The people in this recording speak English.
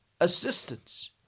assistance